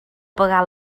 pagar